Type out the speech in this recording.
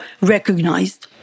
recognized